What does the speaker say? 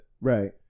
Right